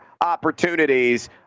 opportunities